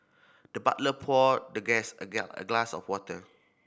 the butler poured the guest a a glass of water